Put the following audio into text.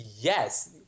yes